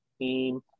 team